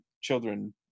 children